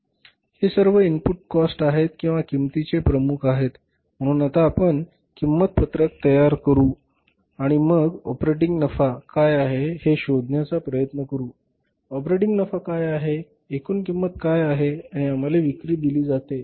हे सर्व input cost आहेत किंवा किंमतीचे प्रमुख आहेत म्हणून आता आपण किंमत पत्रक तयार करू आणि मग ऑपरेटिंग नफा काय आहे हे शोधण्याचा प्रयत्न करू ऑपरेटिंग नफा काय आहे एकूण किंमत काय आहे आणि आम्हाला विक्री दिली जाते